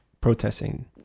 protesting